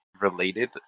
related